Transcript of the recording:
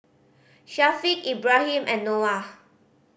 Syafiq Ibrahim and Noah